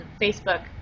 Facebook